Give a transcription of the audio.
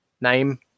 name